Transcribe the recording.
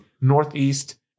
northeast